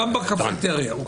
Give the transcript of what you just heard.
גם בקפיטריה.